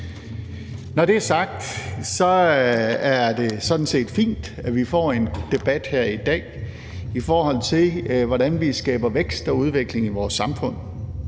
Når det er sagt, er det sådan set fint, at vi får en debat her i dag om, hvordan vi skaber vækst og udvikling i vores samfund.